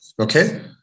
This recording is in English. Okay